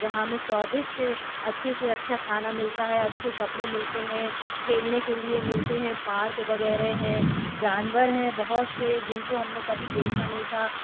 जहाँ हमें स्वादिष्ट अच्छा से अच्छा खाना मिलता है अच्छे कपड़े मिलते हैं खेलने के लिए मिलते हैं पार्क वग़ैरह हैं जानवर हैं बहुत से जिनको हम ने कभी देखा नहीं था